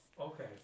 Okay